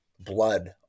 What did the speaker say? blood